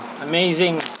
amazing